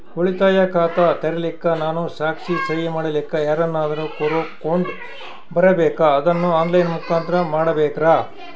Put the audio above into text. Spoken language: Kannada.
ಉಳಿತಾಯ ಖಾತ ತೆರಿಲಿಕ್ಕಾ ನಾನು ಸಾಕ್ಷಿ, ಸಹಿ ಮಾಡಲಿಕ್ಕ ಯಾರನ್ನಾದರೂ ಕರೋಕೊಂಡ್ ಬರಬೇಕಾ ಅದನ್ನು ಆನ್ ಲೈನ್ ಮುಖಾಂತ್ರ ಮಾಡಬೇಕ್ರಾ?